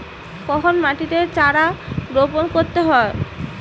কখন মাটিতে চারা রোপণ করতে হয়?